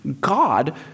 God